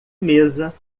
mesa